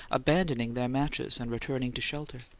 abandoning their matches and returning to shelter.